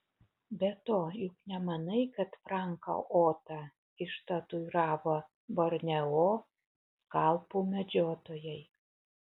be to juk nemanai kad franką otą ištatuiravo borneo skalpų medžiotojai